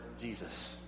Jesus